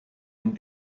and